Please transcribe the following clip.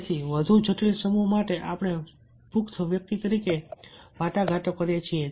તેથી વધુ જટિલ સમૂહો માટે આપણે પુખ્ત તરીકે વાટાઘાટો કરીએ છીએ